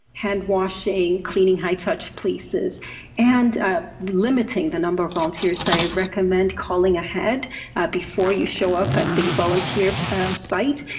hand-washing, cleaning high-touch places and ah limiting the number of volunteers i recommend calling ahead before you show up at the volunteer site.